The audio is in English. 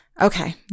Okay